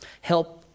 Help